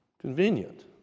convenient